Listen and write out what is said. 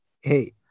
hey